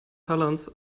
helens